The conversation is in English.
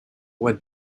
would